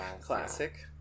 classic